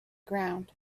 ground